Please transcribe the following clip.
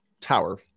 Tower